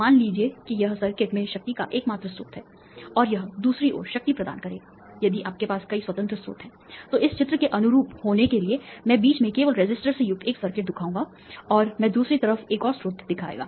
मान लीजिए कि यह सर्किट में शक्ति का एकमात्र स्रोत है और यह दूसरी ओर शक्ति प्रदान करेगा यदि आपके पास कई स्वतंत्र स्रोत हैं तो इस चित्र के अनुरूप होने के लिए मैं बीच में केवल रेसिस्टर से युक्त एक सर्किट दिखाऊंगा और मैं दूसरी तरफ एक और स्रोत दिखाएगा